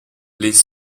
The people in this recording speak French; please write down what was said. les